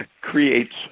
Creates